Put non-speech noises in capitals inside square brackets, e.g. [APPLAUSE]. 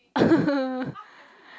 [LAUGHS]